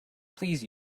please